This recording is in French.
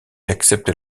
acceptent